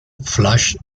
flash